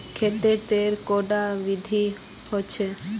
खेत तेर कैडा विधि होचे?